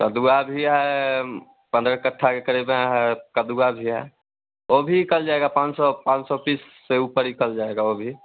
कदुवा भी है पंद्रह कट्टा के करीब है कदुवा भी है वह भी कल जाएगा पाँच सौ पाँच सौ पीस से ऊपर ही कल जाएगा वह भी